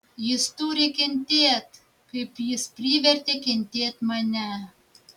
jis turi kentėt kaip jis privertė kentėt mane